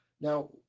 Now